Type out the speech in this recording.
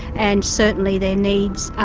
and certainly their needs are.